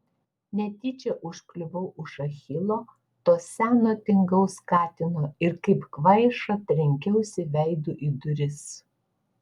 netyčia užkliuvau už achilo to seno tingaus katino ir kaip kvaiša trenkiausi veidu į duris